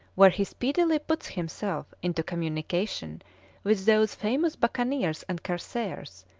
where he speedily puts himself into communication with those famous buccaneers and corsairs,